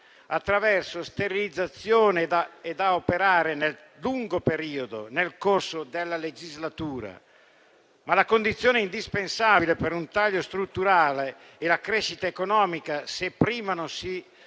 attraverso sterilizzazione, e da operare nel lungo periodo nel corso della legislatura. Tuttavia, la condizione indispensabile per un taglio strutturale è la crescita economica. Se prima non si